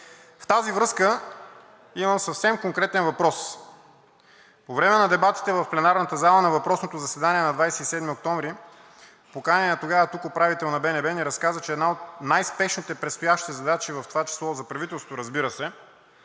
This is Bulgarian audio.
В тази връзка имам съвсем конкретен въпрос. По време на дебатите в пленарната зала на въпросното заседание на 27 октомври поканеният тогава тук управител на БНБ ни разказа, че една от най спешните предстоящи задачи, в това число за правителството, разбира се,